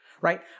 right